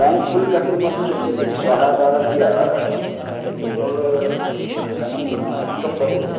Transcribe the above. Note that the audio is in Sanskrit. ट्याङ्क् फुल् कर्तुम् अपि शक्यते श्वहदारभ्य पेट्रोल् धनम् अधिकं भवति